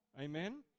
Amen